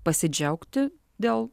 pasidžiaugti dėl